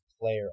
player